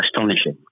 astonishing